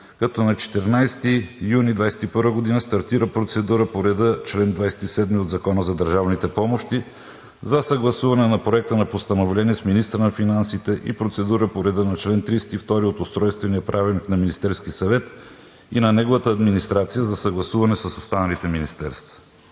като на 14 юни 2021 г. стартира процедура по реда на чл. 27 от Закона за държавните помощи за съгласуване на Проекта на постановление с министъра на финансите и процедура по реда на чл. 32 от Устройствения правилник на Министерския съвет и на неговата администрация за съгласуване с останалите министерства.